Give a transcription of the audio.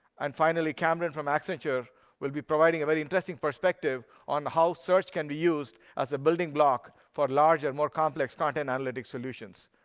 and finally, kamran from accenture will be providing a very interesting perspective on how search can be used as a building block for large and more complex content analytic solutions.